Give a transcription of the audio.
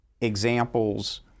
examples